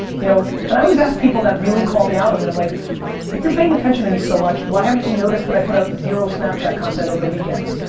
you know and i always ask people that really call me out on it i'm like if you're paying attention to me so much why haven't you noticed that i put out zero snapchat content over the weekends.